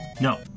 No